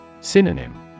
Synonym